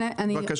כן.